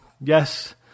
yes